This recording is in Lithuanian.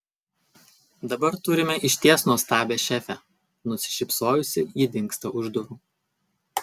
dabar turime išties nuostabią šefę nusišypsojusi ji dingsta už durų